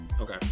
Okay